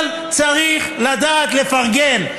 אבל צריך לדעת לפרגן.